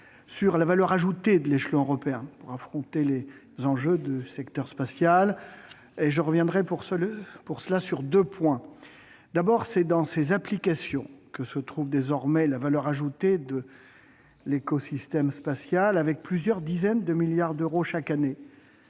sur la valeur ajoutée de l'échelon européen pour affronter les enjeux du secteur spatial. Dans cette perspective, je reviendrai sur deux points. D'abord, c'est dans ses applications que se trouve désormais la valeur ajoutée de l'écosystème spatial, avec plusieurs dizaines de milliards d'euros chaque année,